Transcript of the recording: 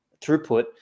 throughput